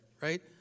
right